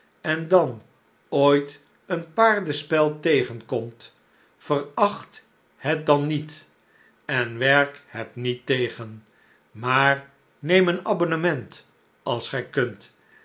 en dan ooit een paardenspel tegenkomt veracht het dan niet en werk het niet tegen maar neem een abonnement als gij kunt